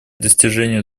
достижению